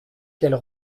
qu’elle